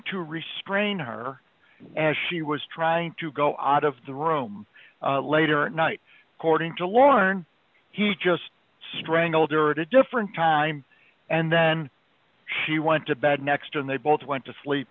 to restrain her as she was trying to go out of the room later at night according to lorne he just strangled her at a different time and then she went to bed next and they both went to sleep